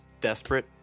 desperate